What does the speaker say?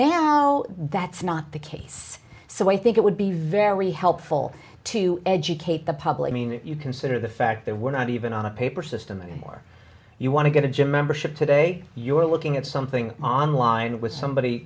now that's not the case so i think it would be very helpful to educate the public meaning you consider the fact that we're not even on a paper system anymore you want to get a gym membership today you're looking at something online with somebody